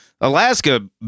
Alaska